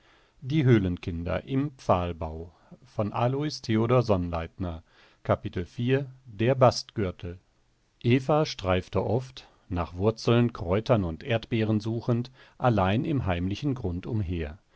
die ahnl habe ihr geholfen der bastgürtel eva streifte oft nach wurzeln kräutern und erdbeeren suchend allein im heimlichen grund umher